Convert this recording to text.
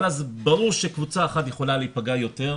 אבל אז ברור שקבוצה אחת יכולה להיפגע יותר,